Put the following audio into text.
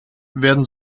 werden